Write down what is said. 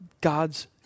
God's